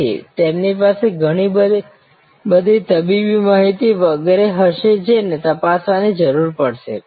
તેથી તેમની પાસે ઘણી બધી તબીબી માહિતી વગેરે હશે જેને તપાસવાની જરૂર પડશે